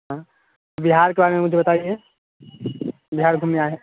हाँ बिहार के बारे में मुझे बताइए बिहार घूमने आए हैं